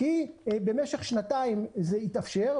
כי במשך שנתיים זה התאפשר,